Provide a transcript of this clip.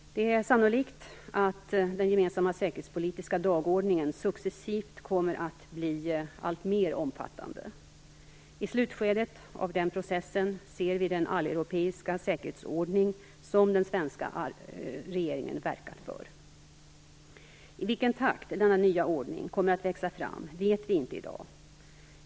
Det är sannolikt att den gemensamma säkerhetspolitiska dagordningen successivt kommer att bli alltmer omfattande. I slutskedet av den processen ser vi den alleuropeiska säkerhetsordning som den svenska regeringen verkar för. I vilken takt denna nya ordning kommer att växa fram vet vi i dag inte.